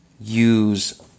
use